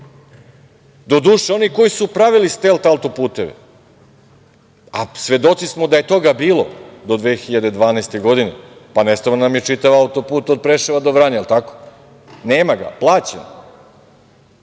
doduše, oni koji su pravili stelt autoputeve, a svedoci smo da je toga bilo do 2012. godine, pa nestao nam je čitav autoput od Preševa do Vranja, jel tako? Nema ga, plaćen